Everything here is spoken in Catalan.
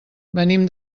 venim